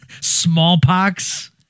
Smallpox